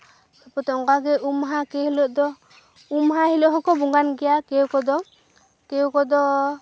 ᱛᱟᱯᱚᱛᱮ ᱚᱝᱠᱟ ᱜᱮ ᱩᱢ ᱢᱟᱦᱟ ᱠᱤ ᱦᱤᱞᱳᱜ ᱫᱚ ᱩᱢ ᱢᱟᱦᱟ ᱦᱤᱞᱳᱜ ᱦᱚᱸᱠᱚ ᱵᱚᱸᱜᱟᱱ ᱜᱮᱭᱟ ᱠᱮᱣ ᱠᱚᱫᱚ ᱠᱮᱣ ᱠᱚᱫᱚ